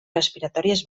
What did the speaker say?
respiratòries